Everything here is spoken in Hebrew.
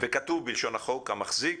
וכתוב בלשון החוק "המחזיק",